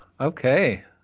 okay